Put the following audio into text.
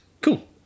Cool